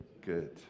good